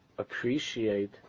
appreciate